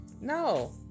No